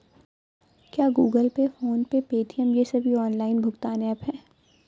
क्या Google Pay PhonePe Paytm ये सभी ऑनलाइन भुगतान ऐप हैं?